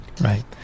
Right